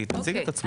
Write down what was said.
היא תציג את עצמה.